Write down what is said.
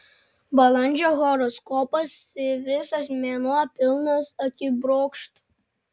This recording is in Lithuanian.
balandžio horoskopas visas mėnuo pilnas akibrokštų